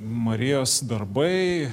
marijos darbai